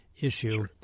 issue